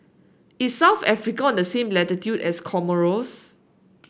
is South Africa on the same latitude as Comoros